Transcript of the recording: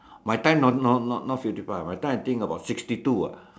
my time not not fifty five my time I think about sixty two ah